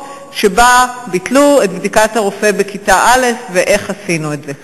של ביטול בדיקת הרופא בכיתה א' ולשאול איך עשינו את זה.